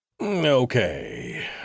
Okay